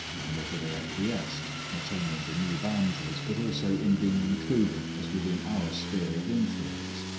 and whether they acquiesced, not only in the new boundaries, but also in being included as within our sphere of influence?